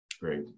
Great